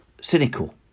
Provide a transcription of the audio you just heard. cynical